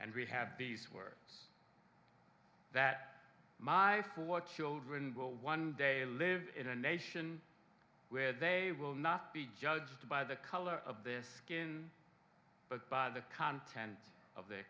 and we have these words that my four children will one day live in a nation where they will not be judged by the color of this skin but by the content of their